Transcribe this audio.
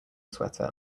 sweater